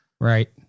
Right